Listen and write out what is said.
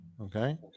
okay